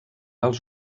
als